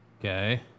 okay